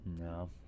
No